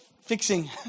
fixing